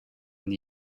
and